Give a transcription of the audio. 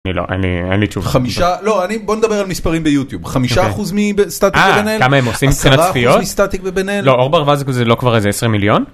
- אני, אני לא.. אין לי תשובה. - חמישה? לא, אני... בוא נדבר על מספרים ביוטיוב. חמישה אחוז מבין סטטיק ובן-אל? - אה.. כמה הם עושים מבחינת צפיות? - עשרה אחוז מסטטיק ובן-אל? לא. "עור ברווז" זה לא כבר איזה 20 מיליון?